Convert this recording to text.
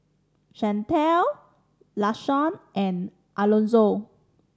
Shantell Lashawn and Alonzo